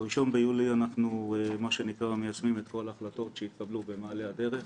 ב-1 ביולי אנחנו מיישמים את כל ההחלטות שהתקבלו במעלה הדרך